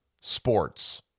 Sports